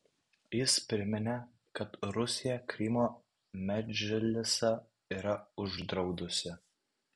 jis priminė kad rusija krymo medžlisą yra uždraudusi